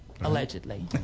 Allegedly